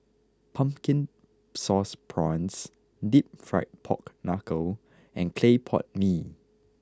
Pumpkin Sauce Prawns Deep Fried Pork Knuckle and Clay Pot Mee